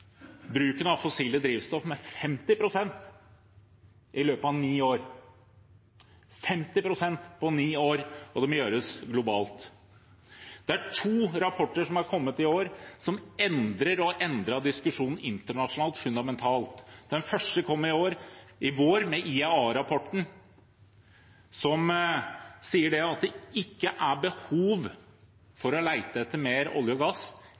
bruken av fossile drivstoff med 50 pst. i løpet av ni år – 50 pst på ni år! – og det må gjøres globalt. Det er to rapporter som er kommet i år som endrer og har endret diskusjonen internasjonalt fundamentalt. Den første kom i vår, IEA-rapporten, som sier at det ikke er behov for å lete etter mer olje og gass